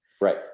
Right